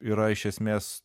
yra iš esmės